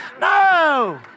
No